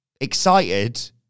excited